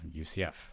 UCF